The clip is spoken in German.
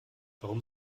warum